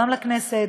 גם לכנסת,